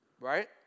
right